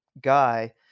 guy